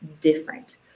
different